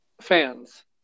fans